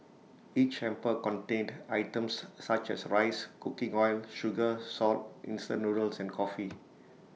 each hamper contained items such as rice cooking oil sugar salt instant noodles and coffee